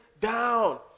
down